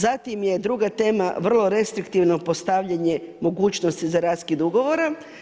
Zatim je druga tema vrlo restriktivno postavljanje mogućnosti za raskid ugovora.